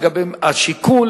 לגבי השיכון,